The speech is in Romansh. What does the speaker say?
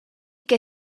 che